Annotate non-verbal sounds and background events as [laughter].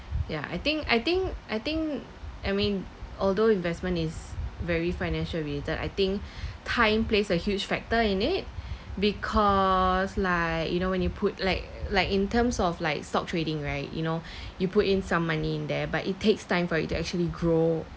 ya I think I think I think I mean although investment is very financial related I think [breath] time plays a huge factor in it because was like you know when you put like like in terms of like stock trading right you know [breath] you put in some money in there but it takes time for you to actually grow